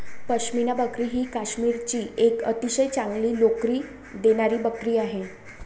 पश्मिना बकरी ही काश्मीरची एक अतिशय चांगली लोकरी देणारी बकरी आहे